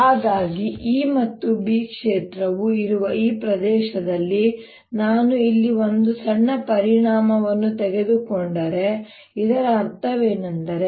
ಹಾಗಾಗಿ E ಮತ್ತು B ಕ್ಷೇತ್ರವು ಇರುವ ಈ ಪ್ರದೇಶದಲ್ಲಿ ನಾನು ಇಲ್ಲಿ ಒಂದು ಸಣ್ಣ ಪರಿಮಾಣವನ್ನು ತೆಗೆದುಕೊಂಡರೆ ಇದರ ಅರ್ಥವೇನೆಂದರೆ